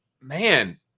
man